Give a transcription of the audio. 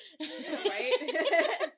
Right